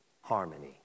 harmony